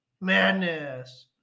madness